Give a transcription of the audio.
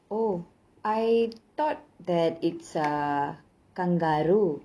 oh I thought that it's uh kangaroo